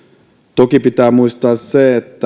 toki pitää muistaa se että tämä